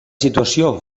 situació